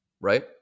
right